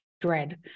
dread